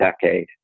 decade